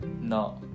No